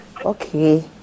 Okay